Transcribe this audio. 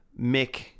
Mick